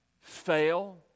fail